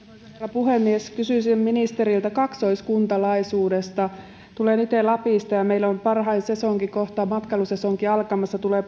puhemies kysyisin ministeriltä kaksoiskuntalaisuudesta tulen itse lapista ja ja meillä on parhain sesonki matkailusesonki kohta alkamassa tulee